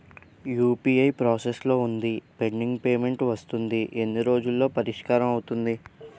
UPI process లో వుందిపెండింగ్ payment వస్తుంది ఎన్ని రోజుల్లో పరిష్కారం అవుతుంది